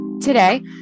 Today